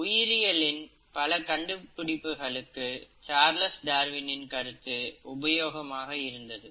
உயிரியலின் பல கண்டுபிடிப்புகளுக்கு சார்லஸ் டார்வினின் கருத்து உபயோகமாக இருந்தது